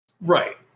Right